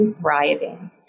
thriving